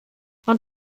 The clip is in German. man